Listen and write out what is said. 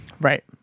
Right